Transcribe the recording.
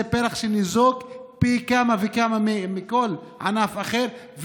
זה פלח שניזוק פי כמה וכמה מכל ענף אחר,